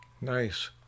Nice